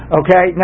okay